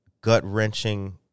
gut-wrenching